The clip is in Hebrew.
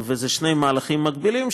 אלה שני מהלכים מקבילים,